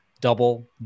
Double